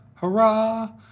hurrah